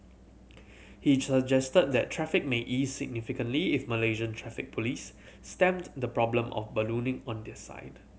he suggested that traffic may ease significantly if Malaysian Traffic Police stemmed the problem of ballooning on their side